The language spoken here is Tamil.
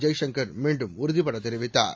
ஜெய்சங்கர் மீண்டும் உறுதிபட தெரிவித்தார்